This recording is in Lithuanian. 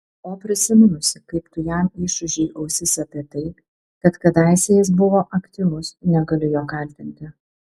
o prisiminusi kaip tu jam išūžei ausis apie tai kad kadaise jis buvo aktyvus negaliu jo kaltinti